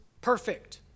perfect